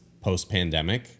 post-pandemic